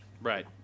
Right